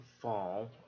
fall